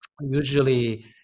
Usually